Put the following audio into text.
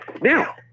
Now